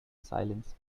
silence